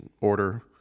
Order